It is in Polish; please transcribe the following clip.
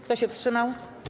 Kto się wstrzymał?